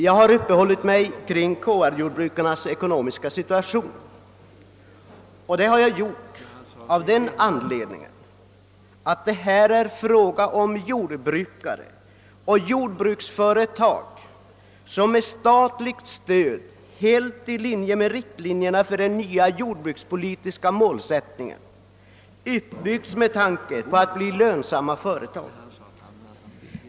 Jag har uppehållit mig vid KR-jordbrukarnas ekonomiska situation av den anledningen att det här är fråga om jordbruksföretag som med statligt stöd, helt enligt riktlinjerna för den nya jordbrukspolitiken, uppbyggts med tanke på att bli lönsamma företag.